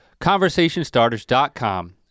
Conversationstarters.com